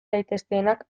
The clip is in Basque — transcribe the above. daitezkeenak